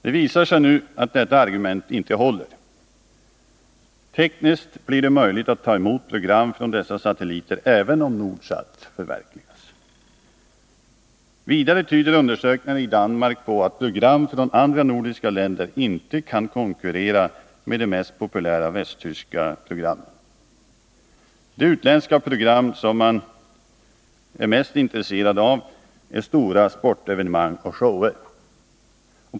Det visar sig nu att detta argument inte håller. Tekniskt blir det möjligt att ta emot program från dessa satelliter även om Nordsat förverkligas. Vidare tyder undersökningar i Danmark på att program från andra nordiska länder inte kan konkurrera med de mest populära västtyska programmen. De utländska program som man är mest intresserad av är stora sportevenemang och shower.